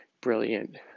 brilliant